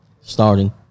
starting